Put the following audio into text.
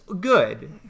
good